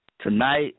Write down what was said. Tonight